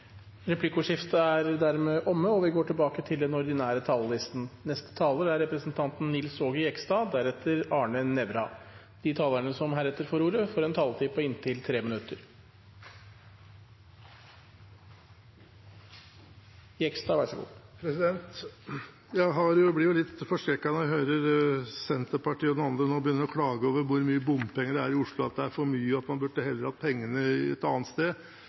Replikkordskiftet er omme. De talere som heretter får ordet, har en taletid på inntil 3 minutter. Jeg blir litt forskrekket når jeg hører Senterpartiet og andre begynne å klage over hvor mye bompenger det er i Oslo – at det er for mye, og at man heller burde hatt pengene et annet sted.